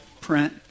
print